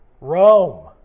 Rome